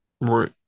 Right